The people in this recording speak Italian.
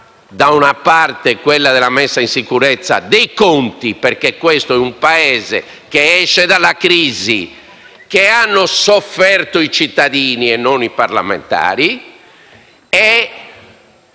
preoccupazione della messa in sicurezza dei conti, perché questo è un Paese che esce dalla crisi, che è stata sofferta dai cittadini e non dai parlamentari, e,